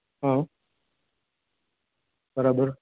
હ બરાબર